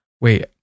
wait